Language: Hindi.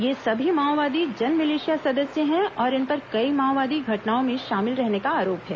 ये सभी माओवादी जनमिलिशया सदस्य हैं और इन पर कई माओवादी घटनाओं में शामिल रहने का आरोप है